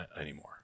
anymore